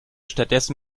stattdessen